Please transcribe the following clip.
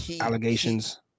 allegations